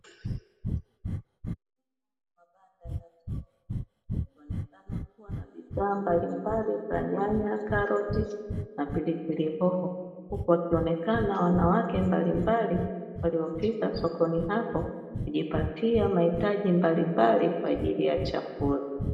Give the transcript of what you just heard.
Mabanda ya soko yakionekana kuwa na bidhaa mbalimbali ya nyanya, karoti na pilipili hoho huku wanaonekana wanawake mbalimbali waliofika sokoni hapo kujipatia mahitaji mbalimbali kwaajili ya chakula.